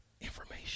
information